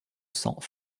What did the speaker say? cents